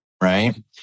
right